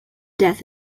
death